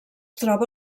troba